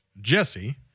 Jesse